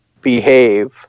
behave